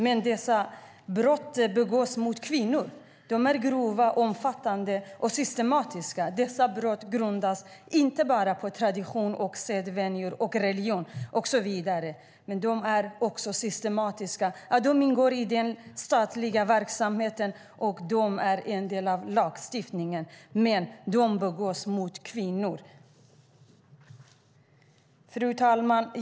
Men dessa brott begås mot kvinnor. De är grova, omfattande och systematiska. Dessa brott grundas inte bara på tradition, religion, sedvänja och så vidare. De är så systematiska att de ingår i den statliga verksamheten, och de är en del av lagstiftningen. Men de begås mot kvinnor! Fru talman!